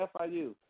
FIU